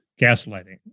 gaslighting